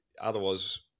otherwise